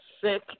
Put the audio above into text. sick